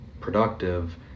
productive